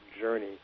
journey